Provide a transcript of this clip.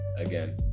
Again